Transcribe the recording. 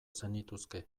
zenituzke